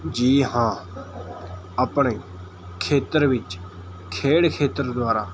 ਜੀ ਹਾਂ ਆਪਣੇ ਖੇਤਰ ਵਿੱਚ ਖੇਡ ਖੇਤਰ ਦੁਆਰਾ